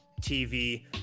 TV